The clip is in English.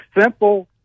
simple